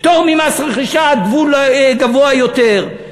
פטור ממס רכישה עד גבול גבוה יותר,